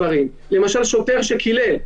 למשל שוטר שקילל,